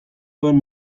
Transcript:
duen